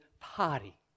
party